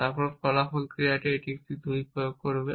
তারপর ফলাফল ক্রিয়াতে এটি একটি 2 প্রয়োগ করবে